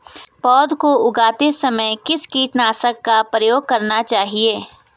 पौध को उगाते समय किस कीटनाशक का प्रयोग करना चाहिये?